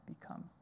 become